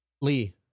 Lee